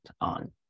on